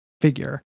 figure